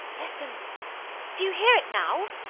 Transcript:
listen do you hear it now?